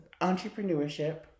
Entrepreneurship